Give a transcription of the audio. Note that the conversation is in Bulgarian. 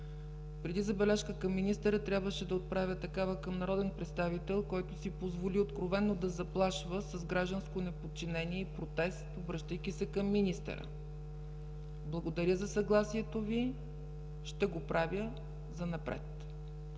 преди забележка към министъра трябваше да отправя такава към народен представител, който си позволи откровено да заплашва с гражданско неподчинение и протест, обръщайки се към министъра. ТАСКО ЕРМЕНКОВ (БСП ЛБ, от място): Съгласен